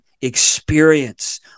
experience